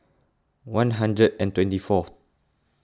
one hundred and twenty fourth